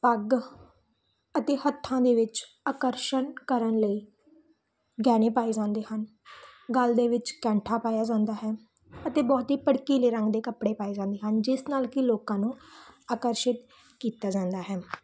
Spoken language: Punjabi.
ਪੱਗ ਅਤੇ ਹੱਥਾਂ ਦੇ ਵਿੱਚ ਆਕਰਸ਼ਣ ਕਰਨ ਲਈ ਗਹਿਣੇ ਪਾਏ ਜਾਂਦੇ ਹਨ ਗੱਲ ਦੇ ਵਿੱਚ ਕੈਂਠਾ ਪਾਇਆ ਜਾਂਦਾ ਹੈ ਅਤੇ ਬਹੁਤ ਹੀ ਭੜਕੀਲੇ ਰੰਗ ਦੇ ਕੱਪੜੇ ਪਾਏ ਜਾਂਦੇ ਹਨ ਜਿਸ ਨਾਲ ਕਿ ਲੋਕਾਂ ਨੂੰ ਆਕਰਸ਼ਿਤ ਕੀਤਾ ਜਾਂਦਾ ਹੈ